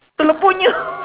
telur penyu